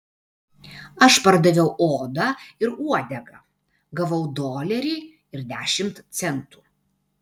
aš pardaviau odą ir uodegą gavau dolerį ir dešimt centų